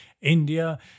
India